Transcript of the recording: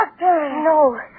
No